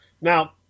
Now